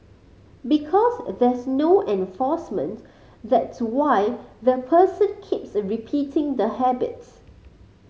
because there's no enforcement that's why the person keeps repeating the habits